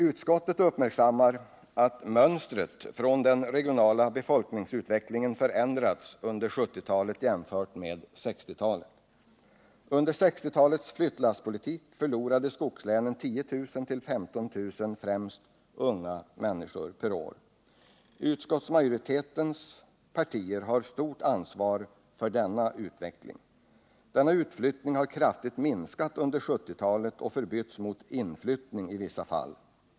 Utskottet uppmärksammar att mönstret från den regionala befolkningsutvecklingen förändrats under 1970-talet jämfört med 1960-talet. Under 1960-talets flyttlasspolitik förlorade skogslänen 10 000-15 000 främst unga människor per år. Utskottsmajoritetens partier har stort ansvar för denna utveckling. Denna utflyttning har kraftigt minskat under 1970-talet och förbytts i inflyttning i vissa fall.